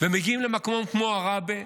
ומגיעים למקום כמו עראבה,